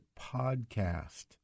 podcast